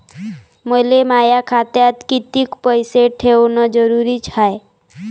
मले माया खात्यात कितीक पैसे ठेवण जरुरीच हाय?